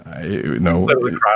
No